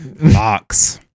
locks